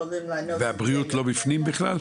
והבריאות לא בפנים בכלל?